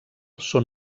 són